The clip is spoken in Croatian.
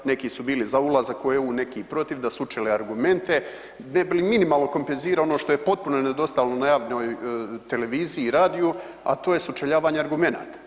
Neki su bili za ulazak u EU, neki protiv, da su učili argumente ne bi li minimalno kompenzirao ono što je potpuno nedostajalo na javnoj televiziji, radiju a to je sučeljavanje argumenata.